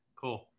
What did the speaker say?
Cool